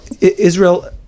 Israel